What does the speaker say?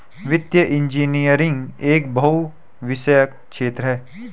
वित्तीय इंजीनियरिंग एक बहुविषयक क्षेत्र है